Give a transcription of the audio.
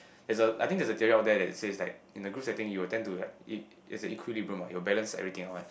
there's a I think there's a theory out there that says like in a group setting you will tend to like you there is a equilibrium [what] you will balance everything out [one]